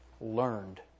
learned